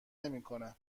نکنه